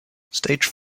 stage